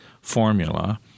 formula